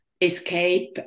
escape